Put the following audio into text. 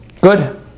Good